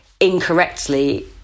incorrectly